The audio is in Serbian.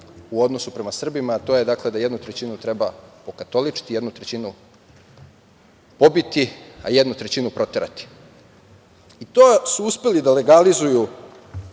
u odnosu prema Srbima, a to je, dakle, da jednu trećinu treba pokatoličiti, jednu trećinu pobiti, a jednu trećinu pobiti. To su uspeli da legalizuju